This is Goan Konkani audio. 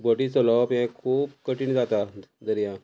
बोटी चलोवप हे खूब कठीण जाता दर्या